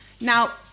Now